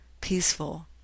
peaceful